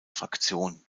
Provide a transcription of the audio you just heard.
fraktion